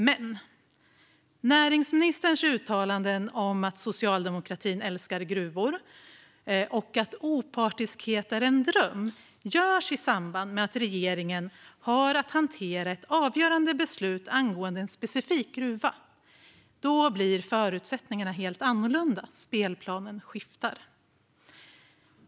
Men näringsministerns uttalanden om att socialdemokratin älskar gruvor och att opartiskhet är en dröm görs i samband med att regeringen har att hantera ett avgörande beslut angående en specifik gruva. Då blir förutsättningarna helt annorlunda. Spelplanen skiftar.